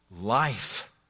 life